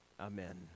Amen